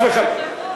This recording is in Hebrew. חס וחלילה.